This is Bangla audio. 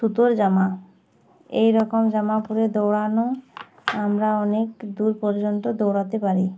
সুতোর জামা এই রকম জামা পরে দৌড়ানো আমরা অনেক দূর পর্যন্ত দৌড়াতে পারি